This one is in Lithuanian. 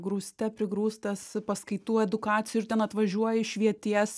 grūste prigrūstas paskaitų edukacijų ir ten atvažiuoji švieties